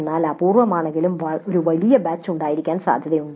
എന്നാൽ അപൂർവമാണെങ്കിലും ഒരു വലിയ ബാച്ച് ഉണ്ടായിരിക്കാൻ സാധ്യതയുണ്ട്